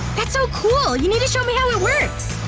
that's so cool! you need to show me how it works!